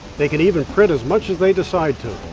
they can even print as much as they decide to,